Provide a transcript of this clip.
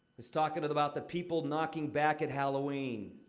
it's talking about the people knocking back at halloween.